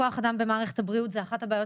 כוח אדם במערכת הבריאות זו אחת הבעיות